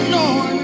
Lord